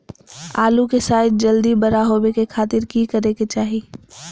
आलू के साइज जल्दी बड़ा होबे के खातिर की करे के चाही?